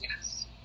Yes